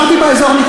עברתי באזור,